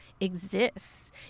exists